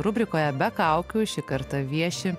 rubrikoje be kaukių šį kartą vieši